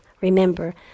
Remember